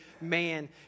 man